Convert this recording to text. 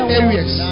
areas